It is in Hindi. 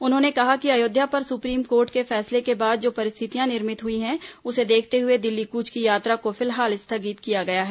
उन्होंने कहा कि अयोध्या पर सुप्रीम कोर्ट के फैसले के बाद जो परिस्थितियां निर्मित हुई हैं उसे देखते हुए दिल्ली कूच की यात्रा को फिलहाल स्थगित किया गया है